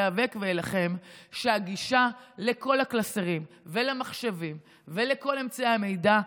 איאבק ואילחם שהגישה לכל הקלסרים ולמחשבים ולכל אמצעי המידע,